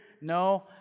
No